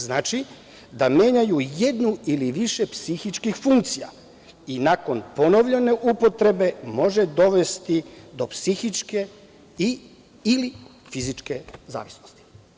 Znači, menjaju jednu ili više psihičkih funkcija i nakon ponovljene upotrebe može dovesti do psihičke ili fizičke zavisnosti.